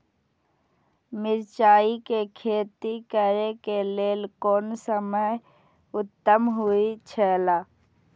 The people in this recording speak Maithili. मिरचाई के खेती करे के लेल कोन समय उत्तम हुए छला?